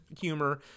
humor